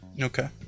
Okay